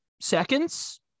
seconds